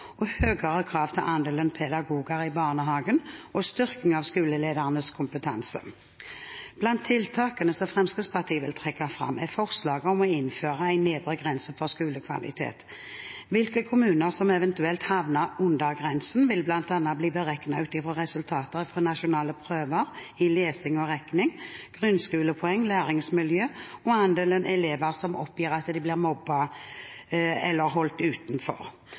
stille høyere krav til andelen pedagoger i barnehagen og styrke skoleledernes kompetanse. Blant tiltakene som Fremskrittspartiet vil trekke fram, er forslaget om å innføre en nedre grense for skolekvalitet. Hvilke kommuner som eventuelt havner under den nedre grensen, vil bl.a. bli beregnet ut fra resultater på nasjonale prøver i lesing og regning, grunnskolepoeng, læringsmiljø – og andelen elever som oppgir at de blir mobbet eller holdt utenfor.